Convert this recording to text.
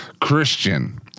Christian